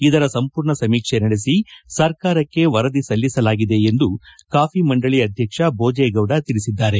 ಇದರ ಸಂಪೂರ್ಣ ಸಮೀಕ್ಷೆ ನಡೆಸಿ ಸರ್ಕಾರಕ್ಕೆ ವರದಿ ಸಲ್ಲಿಸಲಾಗಿದೆ ಎಂದು ಕಾಫಿ ಮಂಡಳಿ ಅಧ್ವಕ್ಷ ಭೋಜೇಗೌಡ ತಿಳಿಸಿದ್ದಾರೆ